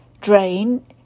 drain